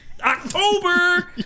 october